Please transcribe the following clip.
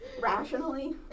Rationally